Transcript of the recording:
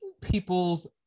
people's